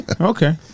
Okay